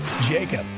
Jacob